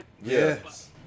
Yes